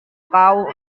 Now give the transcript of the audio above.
kau